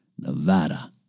Nevada